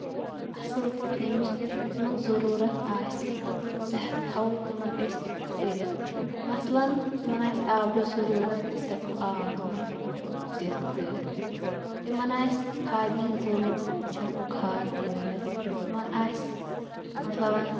اَصٕل پٲٹھۍ ییٚمِچ تہِ تِمَن ضٔروٗرت آسہِ سُہ تھاوو تِمَن أسۍ کٔرِتھ مَثلاً تِمَن آسہِ آبٕچ ضٔروٗرت أسۍ ہٮ۪کو آب تِمَن دِتھ تھٲوِتھ تِمَن آسہِ کھادِ ہِنٛز ضٔروٗرت أسۍ ہٮ۪کو کھاد ترٛٲوِتھ تِمَن آسہِ مطلب